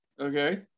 Okay